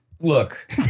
Look